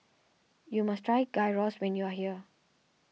you must try Gyros when you're here